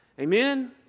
Amen